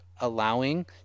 allowing